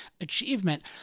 achievement